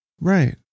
right